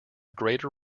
greater